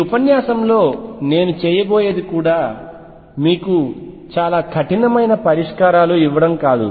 ఈ ఉపన్యాసంలో నేను చేయబోయేది కూడా మీకు చాలా కఠినమైన పరిష్కారాలు ఇవ్వడం కాదు